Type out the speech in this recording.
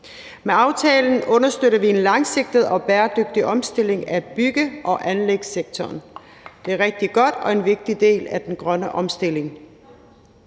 Med aftalen understøtter vi en langsigtet og bæredygtig omstilling af bygge- og anlægssektoren. Det er rigtig godt og en vigtig del af den grønne omstilling.